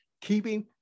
keeping